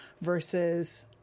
versus